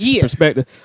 perspective